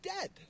dead